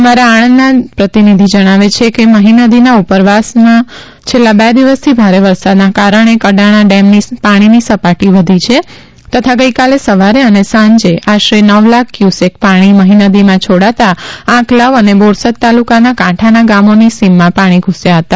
અમારા આણંદ જિલ્લાના પ્રતિનિધિ જણાવે છે કે મહી નદીના ઉપરવાસમાં છેલ્લાં બે દિવસથી ભારે વરસાદને કારણે કડાણા ડેમની પાણીની સપાટી વધી છે તથા ગઈકાલે સવારે અને સાંજે મળીને આશરે નવ લાખ ક્યુસેક પાણી મહી નદીમાં છોડાતા આંકલાવ અને બોરસદ તાલુકાના કાંઠાના ગામોની સીમમાં પાણી ધૂસ્યા હતા